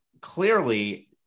Clearly